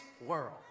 world